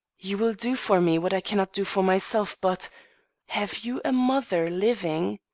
you will do for me what i cannot do for myself, but have you a mother living?